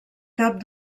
cap